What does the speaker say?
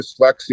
dyslexia